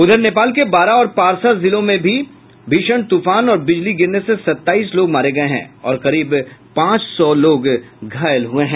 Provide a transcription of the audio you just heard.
उधर नेपाल के बारा और पारसा जिलों में भीषण तूफान और बिजली गिरने से सत्ताईस लोग मारे गए हैं और करीब पांच सौ घायल हुए हैं